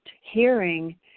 hearing